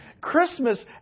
Christmas